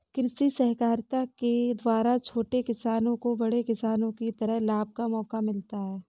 कृषि सहकारिता के द्वारा छोटे किसानों को बड़े किसानों की तरह लाभ का मौका मिलता है